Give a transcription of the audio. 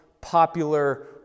popular